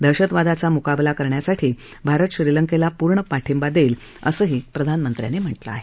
दहशतवादाचा मुकाबला करण्यासाठी भारत श्रीलंकेला पूर्ण पाठिंबा देईल असंही त्यांनी यावेळी म्हटलं आहे